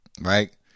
right